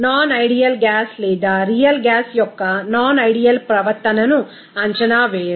non ideal gas లేదా real gas యొక్క non ideal ప్రవర్తనను అంచనా వేయడం